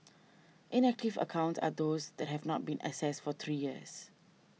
inactive accounts are those that have not been accessed for three years